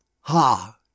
Ha